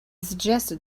suggested